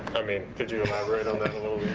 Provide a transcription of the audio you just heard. i mean could you elaborate on this a